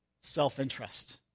self-interest